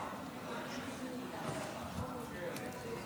מי אתה שתדבר ככה אל אלעזר שטרן?